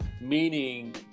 meaning